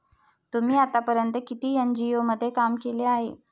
तुम्ही आतापर्यंत किती एन.जी.ओ मध्ये काम केले आहे?